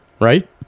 Right